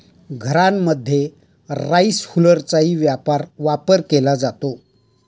घरांमध्ये राईस हुलरचाही वापर केला जातो